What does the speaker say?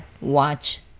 Watch